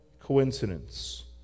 coincidence